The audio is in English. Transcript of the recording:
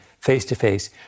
face-to-face